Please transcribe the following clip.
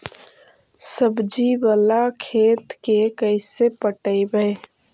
सब्जी बाला खेत के कैसे पटइबै?